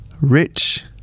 rich